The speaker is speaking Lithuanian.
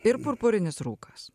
ir purpurinis rūkas